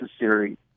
necessary